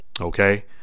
Okay